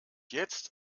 jetzt